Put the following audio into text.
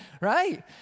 right